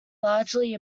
largely